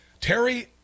terry